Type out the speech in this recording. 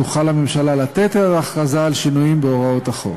תוכל הממשלה לתת את ההכרזה על שינויים בהוראות החוק.